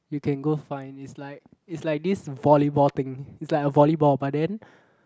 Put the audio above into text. you can go find is like is like this volleyball thing is like a volleyball but then